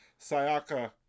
Sayaka